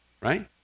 Right